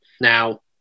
now